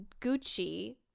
Gucci